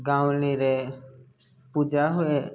ଗାଉଁଲିରେ ପୂଜା ହୁଏ